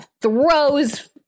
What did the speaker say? throws